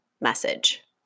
message